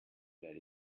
that